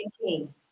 king